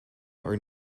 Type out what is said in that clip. are